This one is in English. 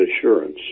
assurance